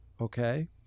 okay